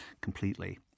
completely